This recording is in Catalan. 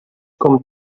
com